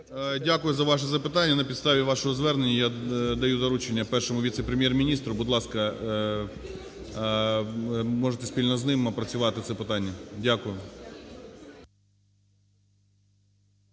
Дякую за ваше запитання. На підставі вашого звернення я даю доручення Першому віце-прем'єр-міністру, будь ласка, можете спільно з ним опрацювати це питання. Дякую.